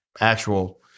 actual